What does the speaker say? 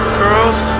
girls